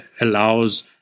allows